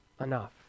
enough